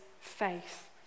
faith